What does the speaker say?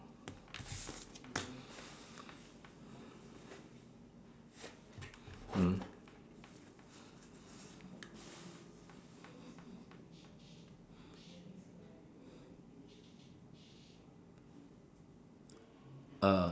mm uh